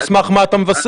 על סמך מה אתה מבסס?